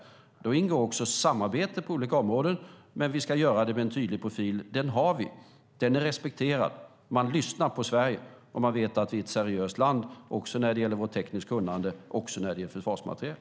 Då ingår också samarbete på olika områden. Men vi ska göra det med en tydlig profil. Den har vi, och den är respekterad. Man lyssnar på Sverige. Man vet att vi är ett seriöst land också när det gäller vårt tekniska kunnande, även beträffande försvarsmateriel.